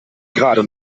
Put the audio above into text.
gerade